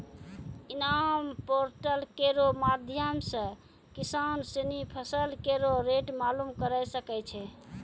इनाम पोर्टल केरो माध्यम सें किसान सिनी फसल केरो रेट मालूम करे सकै छै